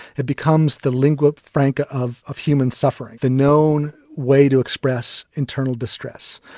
it becomes the lingua franca of of human suffering, the known way to express internal distress.